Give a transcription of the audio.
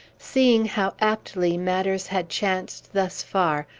seeing how aptly matters had chanced thus far,